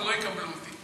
כבר לא יקבלו אותי.